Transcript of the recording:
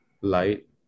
light